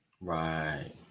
Right